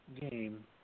game